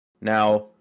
Now